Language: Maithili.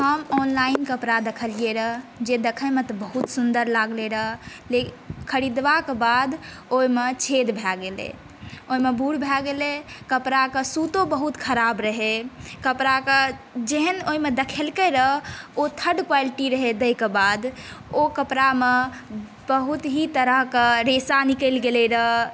हम ऑनलाइन कपड़ा देखलिय रऽ जे देख़यमे तऽ बहुत सुन्दर लागलै रऽ लेकिन ख़रीदबाक बाद ओहिमे छेद भए गेलै ओहिमे भूर भए गेलै कपड़ाक सुतो बहुत ख़राब रहै कपड़ाके जेहन ओहिमे देखलकै रऽ ओ थर्ड क्वालिटी रहै दैक बाद ओ कपड़ामे बहुत ही तरहक रेशा निकैल गेलै रऽ